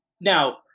now